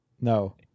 No